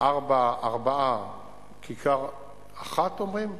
ארבע כיכרות, אחת, אומרים?